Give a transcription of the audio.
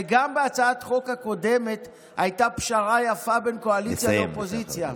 וגם בהצעת החוק הקודמת הייתה פשרה יפה בין קואליציה לאופוזיציה.